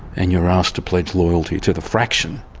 and you're asked to pledge loyalty to the fraction,